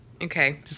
Okay